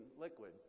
liquid